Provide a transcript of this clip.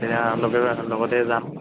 তেতিয়া লগে ভাগে লগতে যাম